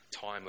time